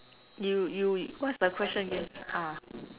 you you what's the question you ah